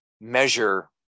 measure